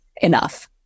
enough